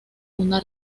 una